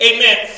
Amen